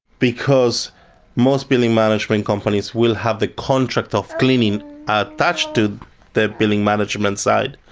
because most building management companies will have the contract of cleaning attached to their building management site,